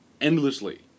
endlessly